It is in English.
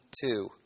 two